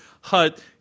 hut